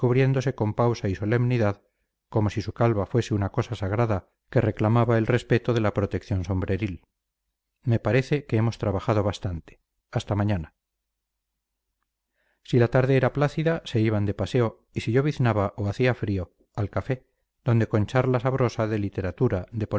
cubriéndose con pausa y solemnidad como si su calva fuese una cosa sagrada que reclamaba el respeto de la protección sombreril me parece que hemos trabajado bastante hasta mañana si la tarde era plácida se iban de paseo y si lloviznaba o hacía frío al café donde con charla sabrosa de literatura